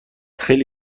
خیلی